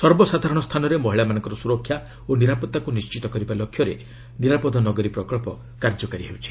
ସର୍ବସାଧାରଣ ସ୍ଥାନରେ ମହିଳାମାନଙ୍କର ସୁରକ୍ଷା ଓ ନିରାପତ୍ତାକୁ ନିଶ୍ଚିତ କରିବା ଲକ୍ଷ୍ୟରେ ନିରାପଦ ନଗରୀ ପ୍ରକଳ୍ପ କାର୍ଯ୍ୟକାରୀ କରାଯାଉଛି